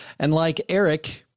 and like eric,